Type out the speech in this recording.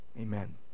amen